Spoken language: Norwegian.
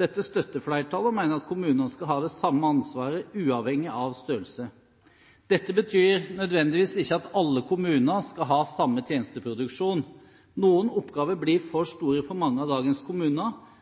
Dette støtter flertallet, og mener kommunene skal ha det samme ansvaret, uavhengig av størrelse. Dette betyr ikke nødvendigvis at alle kommuner skal ha samme tjenesteproduksjon. Noen oppgaver blir for store for mange av dagens kommuner